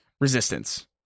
resistance